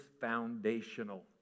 foundational